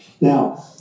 Now